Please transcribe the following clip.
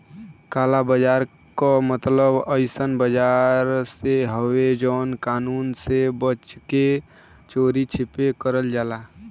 काला बाजार क मतलब अइसन बाजार से हउवे जौन कानून से बच के चोरी छिपे करल जाला